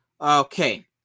Okay